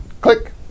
Click